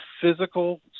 physical